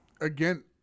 again